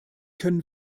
können